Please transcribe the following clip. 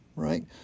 Right